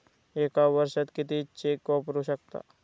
एका वर्षात किती चेक वापरू शकता?